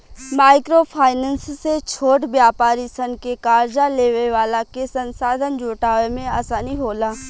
micro finance से छोट व्यापारी सन के कार्जा लेवे वाला के संसाधन जुटावे में आसानी होला